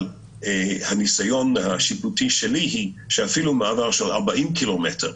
אבל הניסיון השיפוטי שלי הוא שאפילו מעבר של 40 קילומטר,